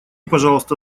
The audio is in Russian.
пожалуйста